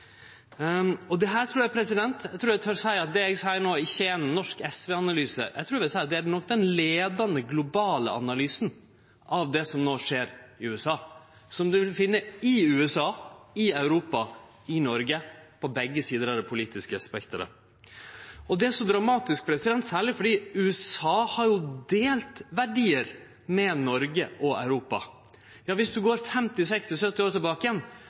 Eg trur eg tør seie at det eg seier no, ikkje er ein norsk SV-analyse, eg trur det er den leiande globale analysen av det som no skjer i USA – som ein vil finne i USA, i Europa, i Noreg, på begge sider i det politiske spekteret. Det er dramatisk, særleg fordi USA har delt verdiar med Noreg og Europa. Viss vi går 50–60–70 år tilbake, kan vi til og med argumentere for at mange av dei verdiane stod sterkare i